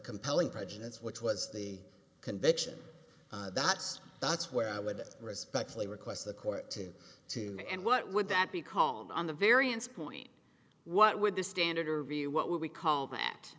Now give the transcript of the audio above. compelling prejudice which was the conviction that's that's where i would respectfully request the court to team and what would that be called on the variance point what would the standard or review what we call that